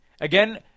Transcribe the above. again